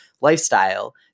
lifestyle